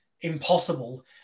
impossible